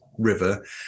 river